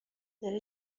داره